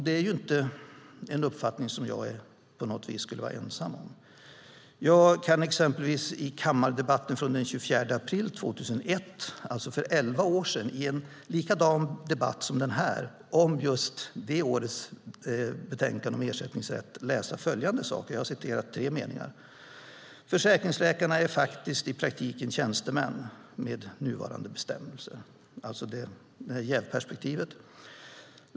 Det är ju inte en uppfattning som jag på något vis skulle vara ensam om. Jag kan exempelvis i en kammardebatt från den 24 april 2001, alltså för elva år sedan, i en likadan debatt som denna om just det årets betänkande om ersättningsrätt, läsa följande: Försäkringsläkarna är faktiskt i praktiken tjänstemän med nuvarande bestämmelser. Där har vi alltså jävperspektivet.